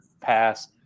pass